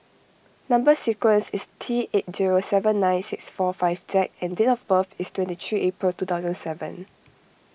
Number Sequence is T eight zero seven nine six four five Z and date of birth is twenty three April two thousand and seven